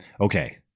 Okay